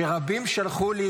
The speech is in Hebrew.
שרבים שלחו לי